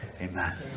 amen